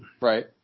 right